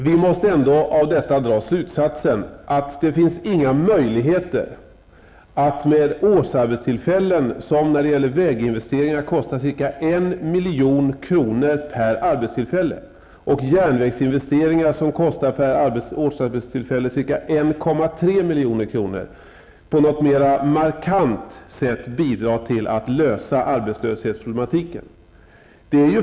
Vi måste ändå av detta dra slutsatsen att det inte finns några möjligheter att med årsarbetstillfällen, som för väginvesteringar kostar ca 1 milj.kr. per arbetstillfälle och för järnvägsinvesteringar kostar 1,3 milj.kr., på något mer markant sätt bidra till att lösa arbetslöshetsproblematiken.